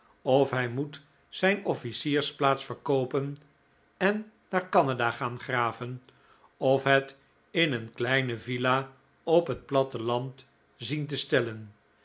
of hij moet zijn offlciersplaats verkoopen en naar canada gaan graven of het in een kleine villa op het platteland zien te stellen